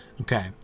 Okay